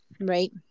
right